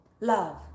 love